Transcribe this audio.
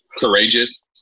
courageous